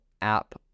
app